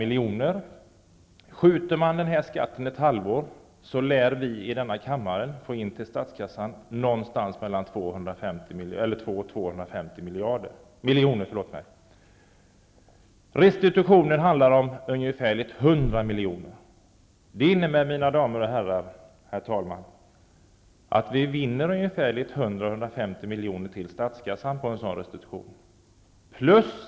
Skjuter vi i denna kammare på den här aktuella skatten ett halvår, lär vi medverka till att statskassan får in 200-- 250 miljoner. När det gäller restitutionen handlar det om ungefär 100 miljoner. En sådan här restitution innebär således, mina ärade damer och herrar, att vinsten för statskassan blir 100 150 miljoner.